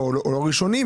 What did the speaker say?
אולי לא ראשונים,